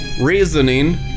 reasoning